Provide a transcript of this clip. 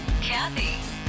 Kathy